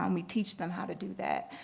um we teach them how to do that,